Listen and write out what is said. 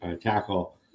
tackle